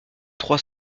trois